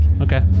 Okay